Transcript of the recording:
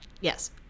Yes